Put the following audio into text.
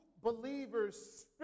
believers